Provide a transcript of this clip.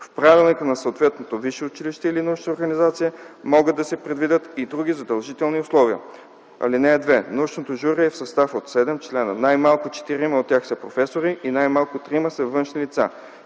В правилника на съответното висше училище или научна организация могат да се предвидят и други задължителни условия. (2) Научното жури е в състав от седем члена – най-малко четирима от тях са „професори” и най-малко трима са външни лица.